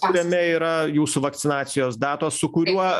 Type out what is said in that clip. kuriame yra jūsų vakcinacijos datos su kuriuo